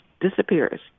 Disappears